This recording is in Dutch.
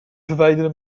verwijderen